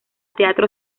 teatro